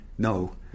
No